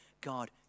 God